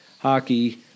Hockey